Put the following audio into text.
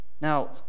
now